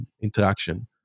interaction